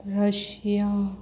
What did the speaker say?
Russia